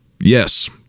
Yes